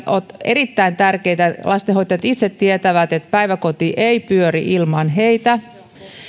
ovat erittäin tärkeitä lastenhoitajat itse tietävät että päiväkoti ei pyöri ilman heitä